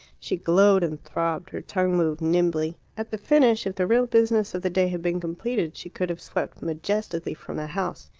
she glowed and throbbed her tongue moved nimbly. at the finish, if the real business of the day had been completed, she could have swept majestically from the house.